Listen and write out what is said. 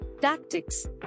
Tactics